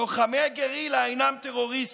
לוחמי הגרילה אינם טרוריסטים,